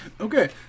Okay